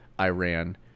Iran